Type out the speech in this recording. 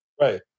Right